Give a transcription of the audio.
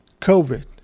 COVID